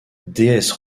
déesse